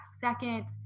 second